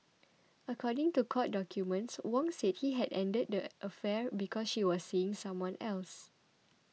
according to court documents Wong said he had ended the affair because she was seeing someone else